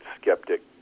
skeptic